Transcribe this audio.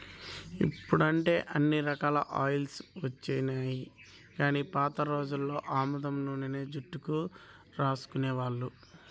ఇప్పుడంటే ఇన్ని రకాల ఆయిల్స్ వచ్చినియ్యి గానీ పాత రోజుల్లో ఆముదం నూనెనే జుట్టుకు రాసుకునేవాళ్ళు